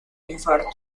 infarto